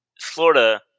Florida